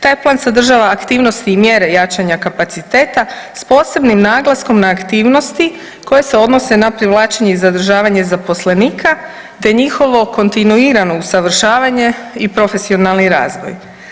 Taj plan sadržava aktivnosti i mjere jačanja kapaciteta s posebnim naglaskom na aktivnosti koje se odnose na privlačenje i zadržavanje zaposlenika te njihovo kontinuirano usavršavanje i profesionalni razvoj.